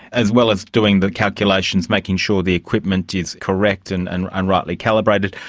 as well as doing the calculations, making sure the equipment is correct and and and rightly calibrated.